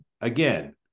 again